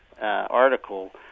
article